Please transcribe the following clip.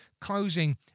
closing